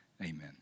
Amen